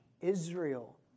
Israel